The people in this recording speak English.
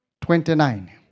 Twenty-nine